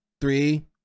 three